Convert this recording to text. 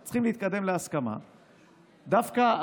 בואו,